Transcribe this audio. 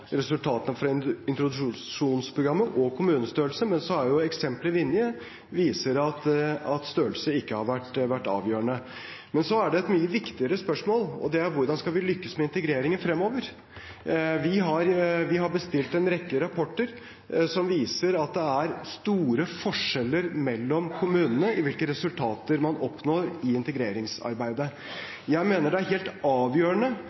resultatene fra introduksjonsprogrammet og på kommunestørrelse, men eksempelet Vinje viser at størrelse ikke har vært avgjørende. Men så er det et mye viktigere spørsmål, og det er hvordan vi skal lykkes med integreringen fremover. Vi har bestilt en rekke rapporter, som viser at det er store forskjeller mellom kommunene i hvilke resultater man oppnår i integreringsarbeidet. Jeg mener det er helt avgjørende